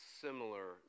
similar